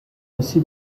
aussi